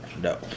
No